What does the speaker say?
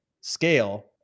scale